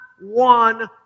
one